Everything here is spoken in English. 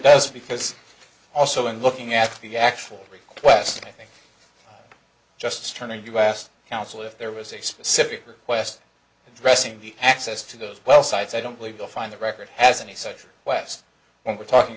does because also in looking at the actual request i think just turn and you asked counsel if there was a specific request pressing the access to those well sites i don't believe they'll find the record as any such quest when we're talking